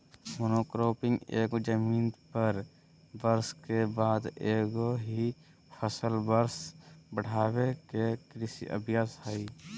monocropping एगो जमीन पर वर्ष के बाद एगो ही फसल वर्ष बढ़ाबे के कृषि अभ्यास हइ